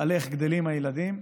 על איך שגדלים הילדים.